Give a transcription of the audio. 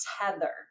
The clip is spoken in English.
tether